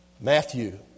Matthew